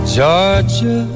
Georgia